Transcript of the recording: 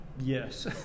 Yes